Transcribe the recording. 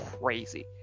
crazy